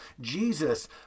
jesus